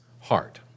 heart